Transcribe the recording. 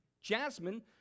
Jasmine